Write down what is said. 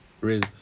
Riz